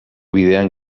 bidean